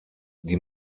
die